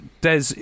des